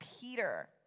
Peter